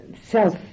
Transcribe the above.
Self